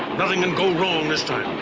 nothing can go wrong this